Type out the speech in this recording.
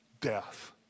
death